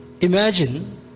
imagine